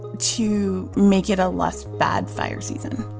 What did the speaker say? to make it a less bad fire season.